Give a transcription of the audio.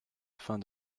afin